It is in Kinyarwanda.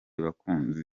bakunzi